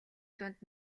дунд